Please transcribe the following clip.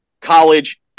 college